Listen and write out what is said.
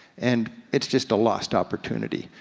and, it's just a lost opportunity.